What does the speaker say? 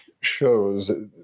shows